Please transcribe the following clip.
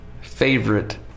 favorite